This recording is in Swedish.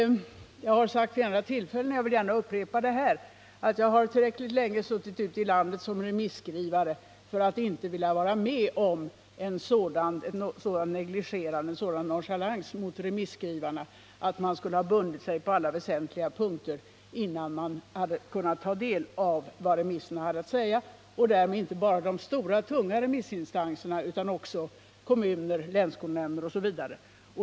Jag har vid andra tillfällen sagt, och jag upprepar det här, att jag suttit tillräckligt länge ute i landet som remisskrivare för att inte vilja vara med om en sådan nonchalans mot remissinstanserna att man skulle ha bundit sig på alla väsentliga punkter innan man hade hunnit ta del av vad de har att säga — och inte bara de stora och tunga av dessa utan också kommuner, länsskolnämnder osv.